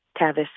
Tavis